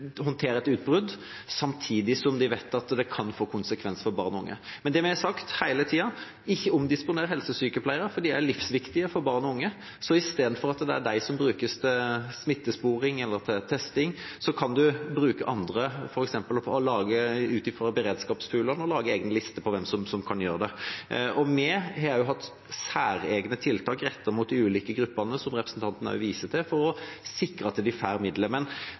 håndtere et utbrudd, samtidig som de vet at det kan få konsekvenser for barn og unge. Men det vi har sagt hele tiden, er: Ikke omdisponer helsesykepleiere, for de er livsviktige for barn og unge, så istedenfor at de brukes til smittesporing eller til testing, kan dere bruke andre, f.eks. ut fra beredskapspooler lage egen liste over hvem som kan gjøre det. Vi har hatt særegne tiltak rettet mot de ulike gruppene som representanten viser til, for å sikre at de får midler.